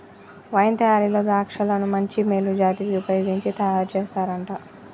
wine తయారీలో ద్రాక్షలను మంచి మేలు జాతివి వుపయోగించి తయారు చేస్తారంట